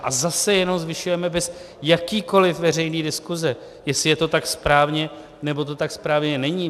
A zase jenom zvyšujeme bez jakékoli veřejné diskuse, jestli je to tak správně, nebo to tak správně není.